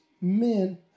men